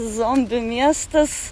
zombių miestas